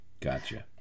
Gotcha